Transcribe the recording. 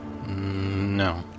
No